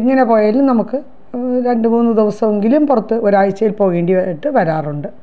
എങ്ങനെ പോയാലും നമുക്ക് രണ്ട് മൂന്ന് ദിവസമെങ്കിലും പുറത്ത് ഒരാഴ്ചയിലിപ്പോള് പോവേണ്ടിയായിട്ട് വരാറുണ്ട്